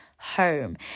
Home